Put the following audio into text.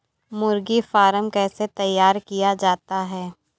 मुर्गी फार्म कैसे तैयार किया जाता है?